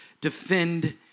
defend